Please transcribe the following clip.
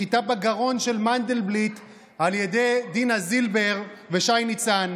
סחיטה בגרון של מנדלבליט על ידי דינה זילבר ושי ניצן,